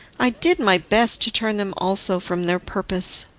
i did my best to turn them also from their purpose,